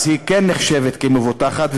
היא כן נחשבת מבוטחת,